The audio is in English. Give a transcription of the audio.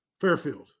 fairfield